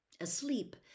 Asleep